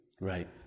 right